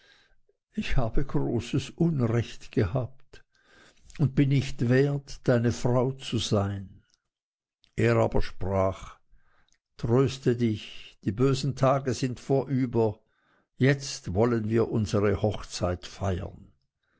ich habe großes unrecht gehabt und bin nicht wert deine frau zu sein er aber sprach tröste dich die bösen tage sind vorüber jetzt wollen wir unsere hochzeit feiern